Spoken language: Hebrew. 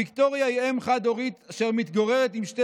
ויקטוריה היא אם חד-הורית אשר מתגוררת עם שתי